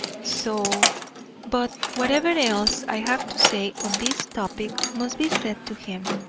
so but whatever else i have to say on this topic must be said to him.